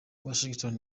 washington